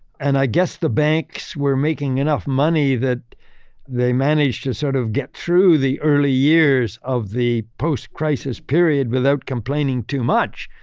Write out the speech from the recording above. and i guess the banks were making enough money that they managed to sort of get through the early years of the post-crisis period without complaining too much.